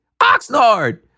Oxnard